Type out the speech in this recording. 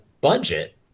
budget